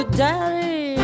daddy